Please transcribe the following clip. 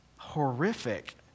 Horrific